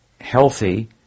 healthy